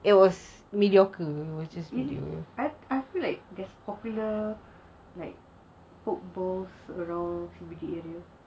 I I feel like there's popular like poke bowls around C_B_D area